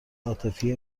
عاطفی